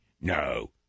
No